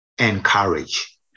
encourage